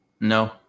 No